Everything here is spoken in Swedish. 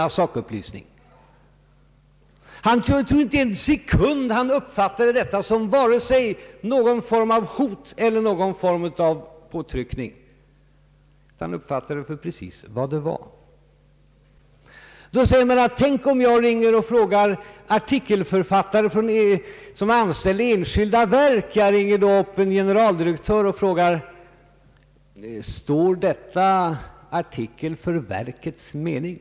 Jag är helt övertygad om att han inte en sekund uppfattade mitt samtal med honom vare sig som någon form av hot eller påtryckning, utan precis för vad det var. Då säger herrarna: Statsministern kunde alltså lika väl ringa upp chefer för personer anställda i enskilda verk — t.ex. en generaldirektör — och fråga om en viss artikel står för verkets räkning.